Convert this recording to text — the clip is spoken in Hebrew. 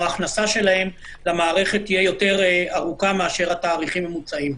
או ההכנסה שלהם למערכת תהיה יותר ארוכה מאשר התאריכים המוצעים.